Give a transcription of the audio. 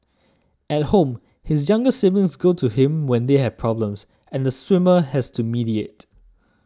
at home his younger siblings go to him when they have problems and the swimmer has to mediate